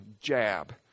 jab